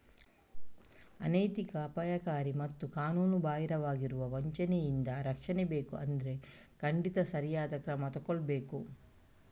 ಅನೈತಿಕ, ಅಪಾಯಕಾರಿ ಮತ್ತು ಕಾನೂನುಬಾಹಿರವಾಗಿರುವ ವಂಚನೆಯಿಂದ ರಕ್ಷಣೆ ಬೇಕು ಅಂದ್ರೆ ಖಂಡಿತ ಸರಿಯಾದ ಕ್ರಮ ತಗೊಳ್ಬೇಕು